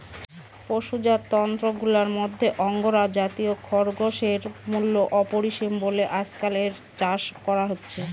পশুজাত তন্তুগুলার মধ্যে আঙ্গোরা জাতীয় খরগোশের মূল্য অপরিসীম বলে আজকাল এর চাষ করা হচ্ছে